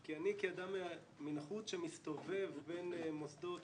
כי אני כאדם מן החוץ שמסתובב בין מוסדות,